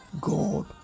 God